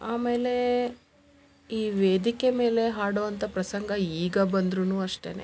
ಆಮೇಲೆ ಈ ವೇದಿಕೆ ಮೇಲೆ ಹಾಡೊಂತ ಪ್ರಸಂಗ ಈಗ ಬಂದರೂನು ಅಷ್ಟೇನೆ